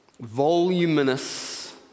Voluminous